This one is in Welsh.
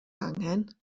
angen